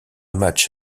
match